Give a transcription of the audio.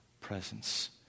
presence